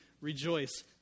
rejoice